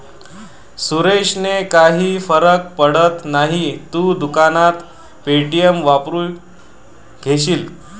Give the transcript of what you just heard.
सुरेशने काही फरक पडत नाही, तू दुकानात पे.टी.एम वापरून घेशील